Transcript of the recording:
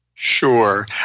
Sure